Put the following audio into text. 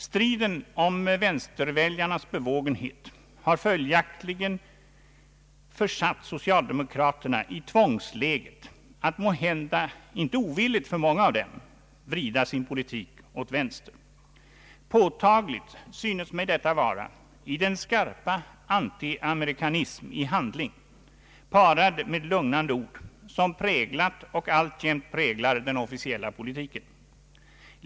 Striden om vänsterväljarnas bevågenhet har följaktligen försatt socialdemokraterna i tvångsläget att, måhända inte ovilligt för många av dem, vrida sin politik åt vänster. Påtagligt synes mig detta vara i den skarpa antiamerikanism i handling, parad med lugnande ord, som präglat och alltjämt präglar den officiella politiken.